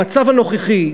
המצב הנוכחי,